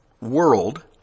world